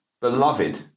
beloved